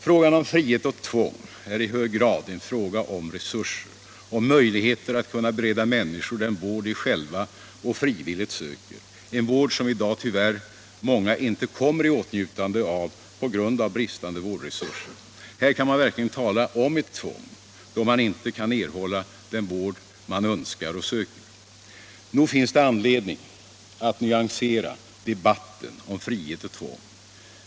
Frågan om frihet och tvång är i hög grad en fråga om resurser, om möjligheter att kunna bereda människor den vård de själva och frivilligt söker — en vård som i dag tyvärr många inte kommer i åtnjutande av på grund av bristande vårdresurser. Här kan man verkligen tala om ett tvång, då man inte kan erhålla den vård man önskar och söker. Nog finns det anledning att nyansera debatten om frihet och tvång.